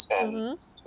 mmhmm